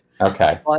Okay